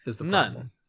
None